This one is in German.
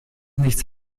nichts